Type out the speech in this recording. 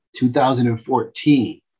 2014